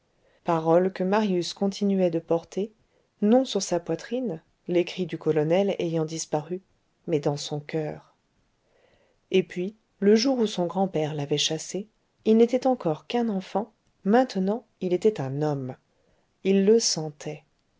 paroles que marius continuait de porter non sur sa poitrine l'écrit du colonel ayant disparu mais dans son coeur et puis le jour où son grand-père l'avait chassé il n'était encore qu'un enfant maintenant il était un homme il le sentait